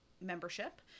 membership